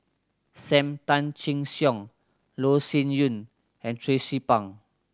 Sam Tan Chin Siong Loh Sin Yun and Tracie Pang